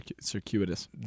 circuitous